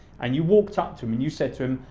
and you walked up to him and you said to him,